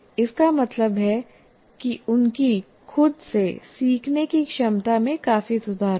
इसका मतलब है कि उनकी खुद से सीखने की क्षमता में काफी सुधार होगा